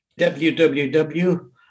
www